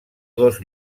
dos